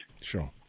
Sure